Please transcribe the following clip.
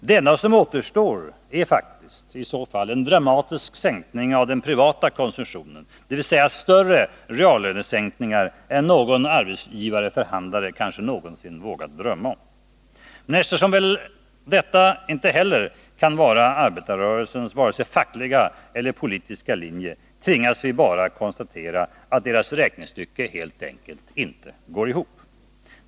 Det enda som återstår är faktiskt i så fall en dramatisk sänkning av den privata konsumtionen, dvs. större reallönesänkningar än någon arbetsgivareförhandlare kanske någonsin vågat drömma om. Men eftersom väl detta inte heller kan vara arbetarrörelsens vare sig fackliga eller politiska linje tvingas vi bara konstatera att räknestycket helt enkelt inte går ihop.